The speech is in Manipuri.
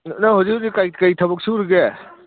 ꯅꯪ ꯍꯧꯖꯤꯛ ꯍꯧꯖꯤꯛ ꯀꯩ ꯀꯩ ꯊꯕꯛ ꯁꯨꯔꯤꯒꯦ